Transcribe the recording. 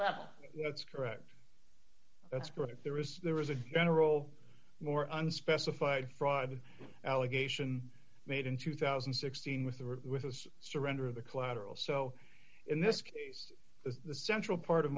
level that's correct that's correct there is there was a general more unspecified fraud allegation made in two thousand and sixteen with the with his surrender of the collateral so in this case the central part of